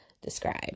describe